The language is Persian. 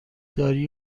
داری